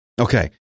Okay